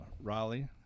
raleigh